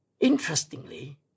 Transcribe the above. Interestingly